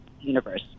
universe